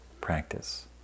practice